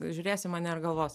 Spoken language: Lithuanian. žiūrės į mane ir galvos